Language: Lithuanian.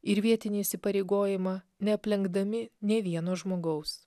ir vietinį įsipareigojimą neaplenkdami nei vieno žmogaus